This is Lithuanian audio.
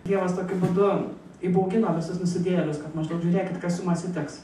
dievas tokiu būdu įbaugino visus nusidėjėlius kad maždaug žiūrėkit kas jum atsitiks